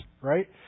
Right